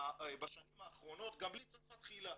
בשנים האחרונות גם בלי "צרפת תחילה",